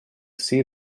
see